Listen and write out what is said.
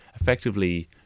effectively